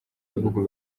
bihugu